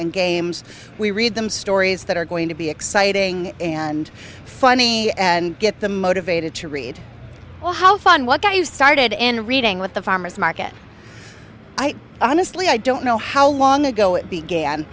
and games we read them stories that are going to be exciting and funny and get the motivated to read well how fun what got you started in reading what the farmer's market honestly i don't know how long ago it began